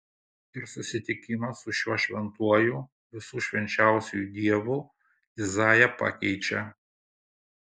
ir susitikimas su šiuo šventuoju visų švenčiausiuoju dievu izaiją pakeičia